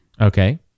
Okay